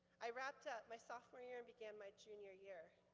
i wrapped up my sophomore year and began my junior year.